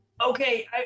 Okay